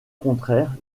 contraire